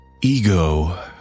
ego